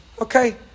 okay